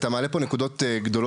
אתה מעלה פה נקודות גדולות,